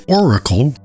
oracle